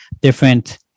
different